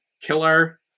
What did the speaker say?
killer